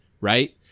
Right